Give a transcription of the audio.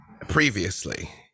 Previously